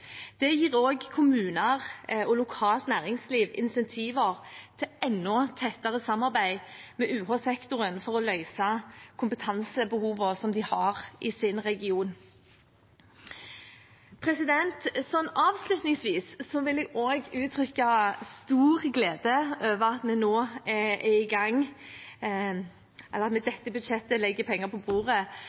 Det gir også kommuner og lokalt næringsliv insentiver til enda tettere samarbeid med UH-sektoren for å løse kompetansebehovene de har i sin region. Avslutningsvis vil jeg uttrykke stor glede over at vi med dette budsjettet legger penger på bordet for å starte med